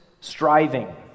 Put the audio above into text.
striving